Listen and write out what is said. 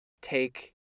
take